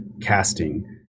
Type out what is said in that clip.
casting